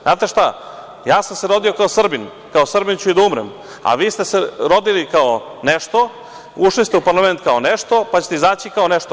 Znate šta, ja sam se rodio kao Srbin, kao Srbin ću i da umrem, ali vi ste se rodili kao nešto, ušli ste u parlament kao nešto, pa ćete izaći kao nešto.